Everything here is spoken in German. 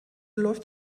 läuft